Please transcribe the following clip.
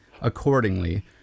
accordingly